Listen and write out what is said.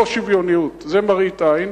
זה לא שוויוניות, זה מראית עין.